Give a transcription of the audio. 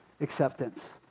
acceptance